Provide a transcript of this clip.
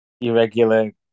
irregular